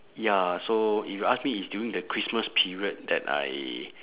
ya so if you ask me it's during the christmas period that I